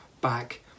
back